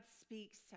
speaks